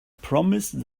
promised